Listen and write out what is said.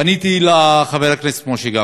פניתי אל חבר הכנסת משה גפני,